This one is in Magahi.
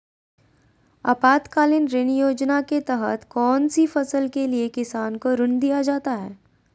आपातकालीन ऋण योजना के तहत कौन सी फसल के लिए किसान को ऋण दीया जाता है?